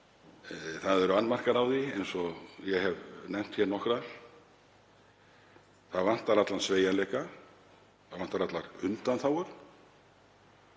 Það eru annmarkar á því, eins og ég hef nefnt hér nokkra. Það vantar allan sveigjanleika, það vantar allar undanþágur.